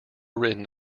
written